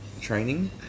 training